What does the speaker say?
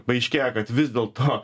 paaiškėja kad vis dėlto